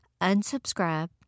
Unsubscribe